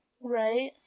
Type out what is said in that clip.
Right